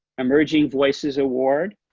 emerging voices award,